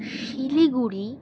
Siliguri